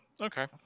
okay